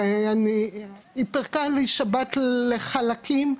היא פירקה לי שבת לחלקים,